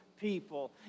people